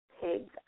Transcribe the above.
pigs